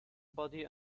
body